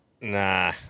Nah